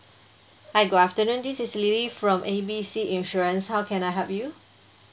hi good afternoon this is lily from A B C insurance how can I help you